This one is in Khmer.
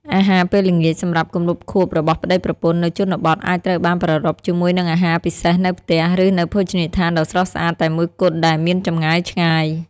អាហារពេលល្ងាចសម្រាប់គម្រប់ខួបរបស់ប្តីប្រពន្ធនៅជនបទអាចត្រូវបានប្រារព្ធជាមួយនឹងអាហារពិសេសនៅផ្ទះ ឬនៅភោជនីយដ្ឋានដ៏ស្រស់ស្អាតតែមួយគត់ដែលមានចម្ងាយឆ្ងាយ។